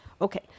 Okay